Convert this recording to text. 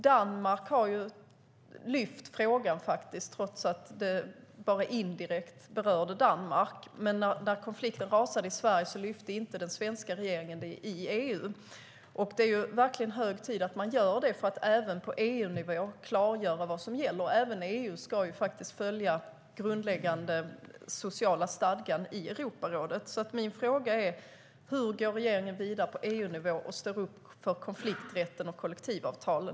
Danmark har lyft upp frågan, trots att det bara indirekt berörde dem. Men när konflikten rasade i Sverige lyfte den svenska regeringen inte upp den i EU. För att även på EU-nivå klargöra vad som gäller är det verkligen hög tid att göra det. Även EU ska ju följa den grundläggande sociala stadgan i Europarådet. Hur går regeringen vidare på EU-nivå och står upp för konflikträtten och kollektivavtalen?